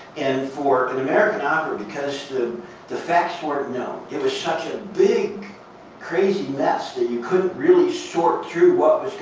and for an american opera, because the the facts weren't known, it was such a big crazy mess that you couldn't really sort through what